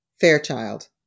Fairchild